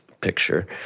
picture